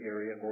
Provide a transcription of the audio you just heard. Area